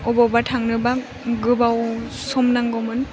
अबावबा थांनोबा गोबाव सम नांगौमोन